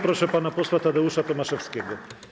Proszę pana posła Tadeusza Tomaszewskiego.